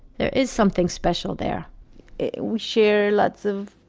there is something special there we share lots of